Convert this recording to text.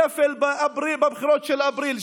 המצלמות הביאו לשפל בבחירות של אפריל,